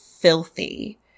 filthy